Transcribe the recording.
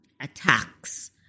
attacks